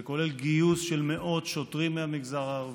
זה כולל גיוס של מאות שוטרים מהמגזר הערבי.